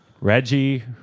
Reggie